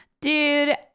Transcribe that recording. Dude